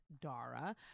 Dara